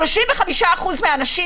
היה פה מישהו שפעם אמר את זה,